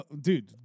Dude